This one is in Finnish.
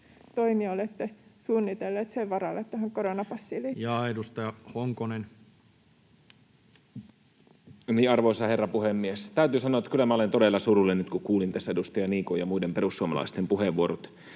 toimia olette suunnitelleet sen varalle tähän koronapassiin liittyen? Edustaja Koulumies, mikrofoni päälle. Ja edustaja Honkonen. Arvoisa herra puhemies! Täytyy sanoa, että kyllä minä olen todella surullinen nyt, kun kuulin tässä edustaja Niikon ja muiden perussuomalaisten puheenvuorot,